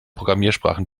programmiersprachen